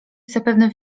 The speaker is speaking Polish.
zapewne